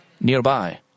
nearby